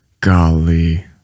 golly